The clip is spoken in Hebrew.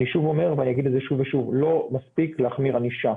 אני שוב אומר ואני אגיד את זה שוב ושוב: לא מספיק להחמיר ענישה.